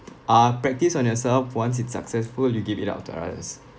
uh practice on yourself once it's successful you give it out to others